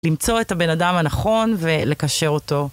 למצוא את הבן אדם הנכון ולקשר אותו.